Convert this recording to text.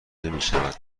نمیشود